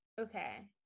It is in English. Okay